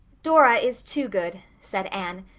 dora is too good, said anne.